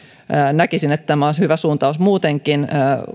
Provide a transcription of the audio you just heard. näkisin että tämä olisi hyvä suuntaus muutenkin